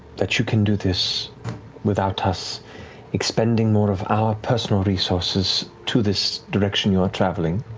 that you can do this without us expending more of our personal resources to this direction you are traveling,